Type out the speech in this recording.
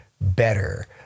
better